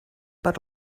per